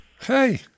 Hey